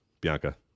Bianca